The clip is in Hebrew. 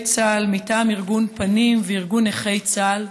צה"ל מטעם ארגון פנים וארגון נכי צה"ל.